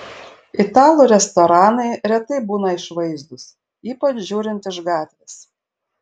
italų restoranai retai būna išvaizdūs ypač žiūrint iš gatvės